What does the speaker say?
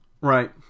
Right